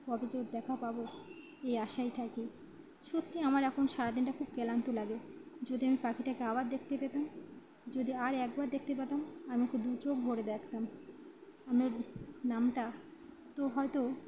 কবে যে ওর দেখা পাব এই আশায় থাকি সত্যি আমার এখন সারা দিনটা খুব ক্লান্ত লাগে যদি আমি পাখিটাকে আবার দেখতে পেতাম যদি আর একবার দেখতে পতাম আমি ওকে দু চোখ ভরে দেখতাম আমার নামটা তো হয়তো